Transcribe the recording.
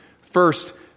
First